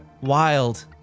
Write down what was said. wild